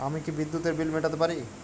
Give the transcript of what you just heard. আমি কি বিদ্যুতের বিল মেটাতে পারি?